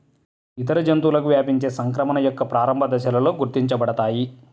ఇతర జంతువులకు వ్యాపించే సంక్రమణ యొక్క ప్రారంభ దశలలో గుర్తించబడతాయి